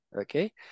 Okay